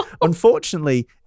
Unfortunately